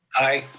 aye.